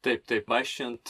taip taip vaikščiojant